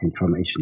information